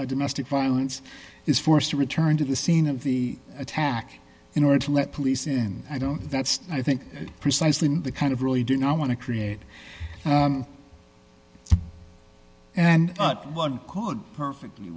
of domestic violence is forced to return to the scene of the attack in order to let police in i don't that's i think precisely the kind of really do not want to create and one could perfect